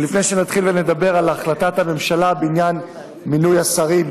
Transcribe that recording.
עוד לפני שנתחיל לדבר על החלטת הממשלה בעניין מינוי השרים,